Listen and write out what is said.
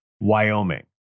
Wyoming